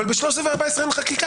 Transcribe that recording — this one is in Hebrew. אבל ב-13 ו-14 אין חקיקה,